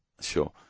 Sure